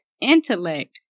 intellect